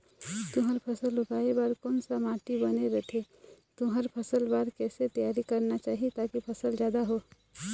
तुंहर फसल उगाए बार कोन सा माटी बने रथे तुंहर फसल बार कैसे तियारी करना चाही ताकि फसल जादा हो?